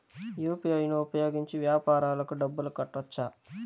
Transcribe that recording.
UPI ను ఉపయోగించి వ్యాపారాలకు డబ్బులు కట్టొచ్చా?